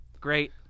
great